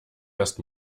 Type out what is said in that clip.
erst